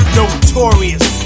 notorious